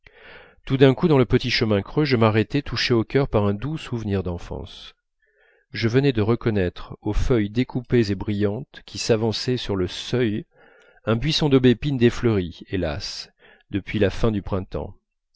tout d'un coup dans le petit chemin creux je m'arrêtai touché au cœur par un doux souvenir d'enfance je venais de reconnaître aux feuilles découpées et brillantes qui s'avançaient sur le seuil un buisson d'aubépines défleuries hélas depuis la fin du printemps